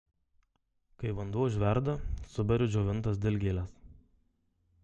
kai vanduo užverda suberiu džiovintas dilgėles